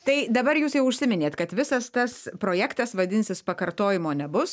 tai dabar jūs jau užsiminėt kad visas tas projektas vadinsis pakartojimo nebus